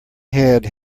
head